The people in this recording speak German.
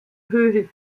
höhe